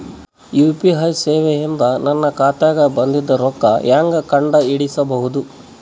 UPI ಸೇವೆ ಇಂದ ನನ್ನ ಖಾತಾಗ ಬಂದಿದ್ದ ರೊಕ್ಕ ಹೆಂಗ್ ಕಂಡ ಹಿಡಿಸಬಹುದು?